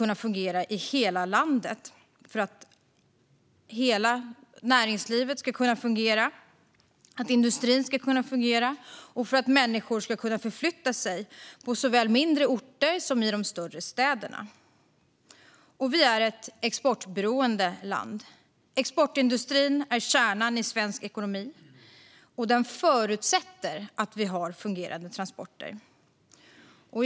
Det handlar om att hela näringslivet ska kunna fungera, att industrin ska kunna fungera och att människor ska kunna förflytta sig såväl i mindre orter som i de större städerna. Sverige är ett exportberoende land. Exportindustrin är kärnan i svensk ekonomi, och den förutsätter att vi har fungerande transporter.